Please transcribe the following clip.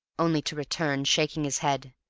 only to return, shaking his head,